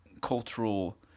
cultural –